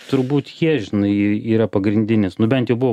turbūt jie žinai yra pagrindinis nu bent jau buvo